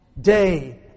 day